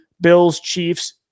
Bills-Chiefs